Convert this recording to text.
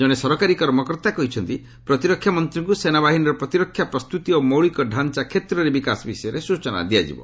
ଜଣେ ସରକାରୀ କର୍ମକର୍ତ୍ତା କହିଛନ୍ତି ପ୍ରତିରକ୍ଷା ମନ୍ତ୍ରୀଙ୍କୁ ସେନାବାହିନୀର ପ୍ରତିରକ୍ଷା ପ୍ରସ୍ତୁତି ଓ ମୌଳିକ ଡାଞ୍ଚା କ୍ଷେତ୍ରରେ ବିକାଶ ବିଷୟରେ ସ୍ଚଚନା ଦିଆଯିବ